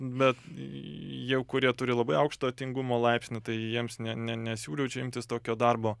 bet jau kurie turi labai aukšto tingumo laipsnį tai jiems ne ne ne nesiūlyčiau imtis tokio darbo